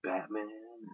Batman